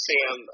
Sam –